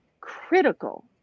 critical